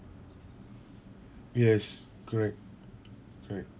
yes correct correct